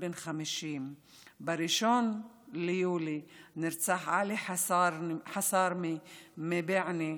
בן 50. ב-1 ביולי נרצח עלי חסארמה מבענה,